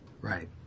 Right